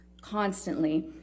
constantly